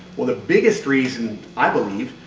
well the biggest reason, i believe,